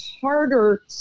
harder